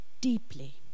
deeply